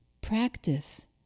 Practice